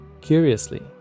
curiously